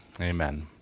Amen